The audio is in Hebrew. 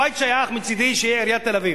הבית שייך, מצדי שיהיה לעיריית תל-אביב.